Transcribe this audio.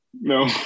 No